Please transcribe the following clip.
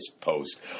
post